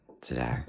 today